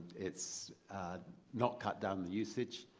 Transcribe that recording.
it's not cut down the usage,